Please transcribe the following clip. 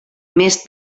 més